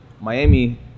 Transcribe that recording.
Miami